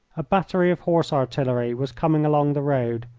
a battery of horse artillery was coming along the road,